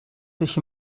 sich